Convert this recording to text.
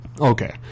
Okay